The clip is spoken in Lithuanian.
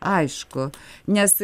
aišku nes